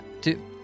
two